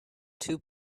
two